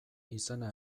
izena